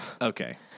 okay